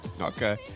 Okay